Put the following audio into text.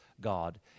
God